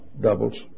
doubles